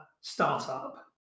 startup